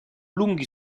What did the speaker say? lunghi